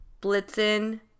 Blitzen